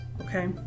okay